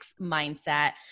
mindset